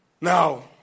Now